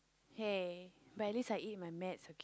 hey but at least I eat my meds okay